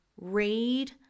read